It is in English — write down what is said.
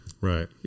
Right